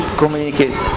communicate